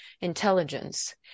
intelligence